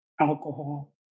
alcohol